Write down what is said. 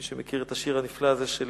מי שמכיר את השיר הנפלא הזה על